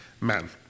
man